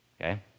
Okay